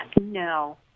No